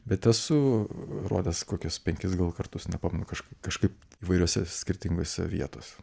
bet esu rodęs kokius penkis kartus nepamenu kažkaip kažkaip įvairiose skirtingose vietose